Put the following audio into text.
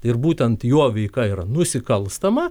ir būtent jo veika yra nusikalstama